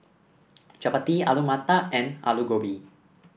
Chapati Alu Matar and Alu Gobi